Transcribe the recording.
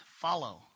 follow